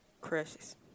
crushes